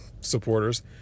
supporters